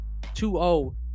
2-0